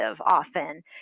often